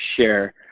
share